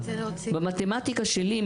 במתמטיקה שלי,